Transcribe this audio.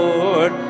Lord